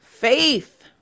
Faith